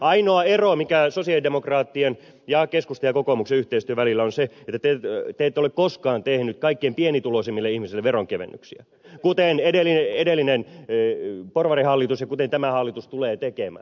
ainoa ero mikä sosialidemokraattien ja keskustan ja kokoomuksen yhteistyön välillä on se että te ette ole koskaan tehneet kaikkein pienituloisimmille ihmisille veronkevennyksiä kuten edellinen porvarihallitus ja kuten tämä hallitus tulee tekemään